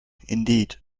indeed